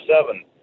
seven